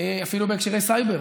אפילו בהקשרי הסייבר,